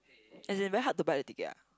as in very hard to buy the ticket ah